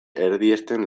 erdiesten